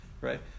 right